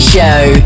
Show